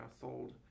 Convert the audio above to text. sold